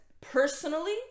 personally